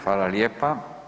Hvala lijepa.